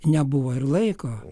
nebuvo ir laiko